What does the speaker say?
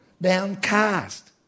downcast